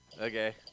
Okay